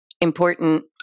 important